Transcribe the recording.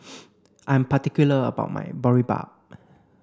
I am particular about my Boribap